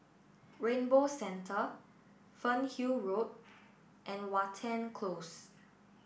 Rainbow Centre Fernhill Road and Watten Close